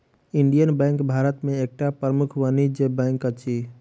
Indian Bank Bharat में एकटा प्रमुख वाणिज्य बैंक अछि